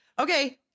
okay